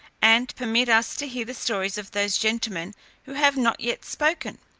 and permit us to hear the stories of those gentlemen who have not yet spoken.